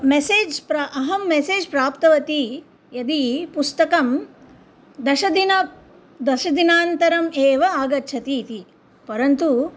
message प्रा अहं message प्राप्तवती यदि पुस्तकं दशदिनं दशदिनान्तरम् एव आगच्छति इति परन्तु